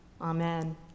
amen